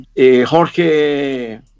Jorge